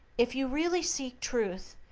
if you really seek truth,